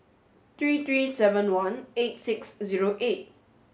three three seven one eight six zero eight